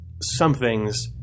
somethings